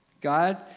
God